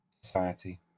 society